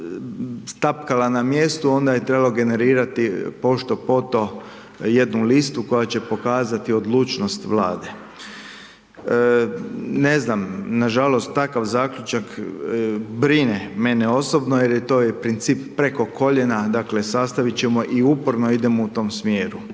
tapkala na mjestu, onda je trebalo generirati pošto poto jednu listu koja će pokazati odlučnost Vlade. Ne znam, na žalost, takav Zaključak brine mene osobno jer je to i princip preko koljeno, dakle, sastaviti ćemo i uporno idemo u tome smjeru.